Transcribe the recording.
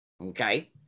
okay